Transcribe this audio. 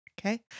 Okay